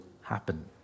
happen